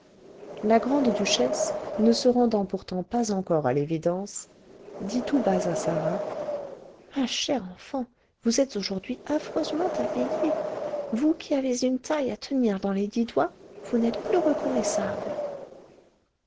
la grande-duchesse ne se rendant pourtant pas encore à l'évidence dit tout bas à sarah ma chère enfant vous êtes aujourd'hui affreusement habillée vous qui avez une taille à tenir dans les dix doigts vous n'êtes plus reconnaissable